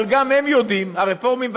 אבל גם הם יודעים, הרפורמים והקונסרבטיבים,